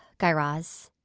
guy raz,